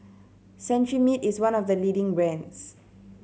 Cetrimide is one of the leading brands